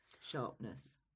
sharpness